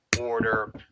order